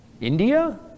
India